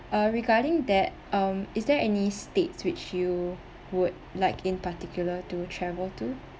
uh regarding that um is there any states which you would like in particular to travel to